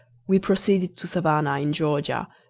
we proceeded to savannah in georgia,